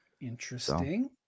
Interesting